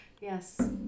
Yes